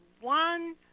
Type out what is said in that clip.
one